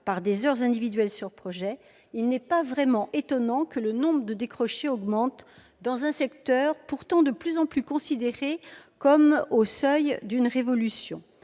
par des heures individuelles sur projet, il n'est pas vraiment étonnant que le nombre de décrochés augmente dans un secteur pourtant de plus en plus considéré comme au seuil d'une révolution.